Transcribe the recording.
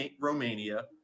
Romania